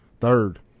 third